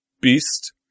Beast